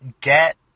get